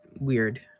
weird